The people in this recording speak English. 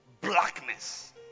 blackness